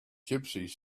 gypsies